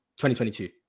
2022